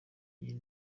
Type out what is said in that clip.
uyu